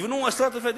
ויבנו עשרות אלפי דירות.